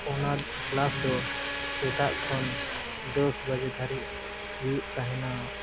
ᱚᱱᱟ ᱠᱮᱞᱟᱥ ᱫᱚ ᱥᱮᱛᱟᱜ ᱠᱷᱚᱱ ᱫᱚᱥ ᱵᱟᱡᱮ ᱫᱷᱟᱹᱨᱤᱡ ᱦᱩᱭᱩᱜ ᱛᱟᱦᱮᱱᱟ